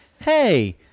hey